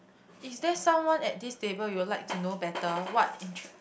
is there someone at this table you will like to know better what intrigue